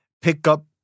pickup